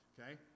okay